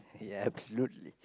ya absolutely